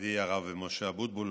מכובדי הרב משה אבוטבול